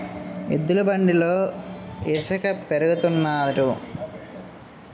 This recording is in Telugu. ఎద్దుల బండితో ఇసక పెరగతన్నారు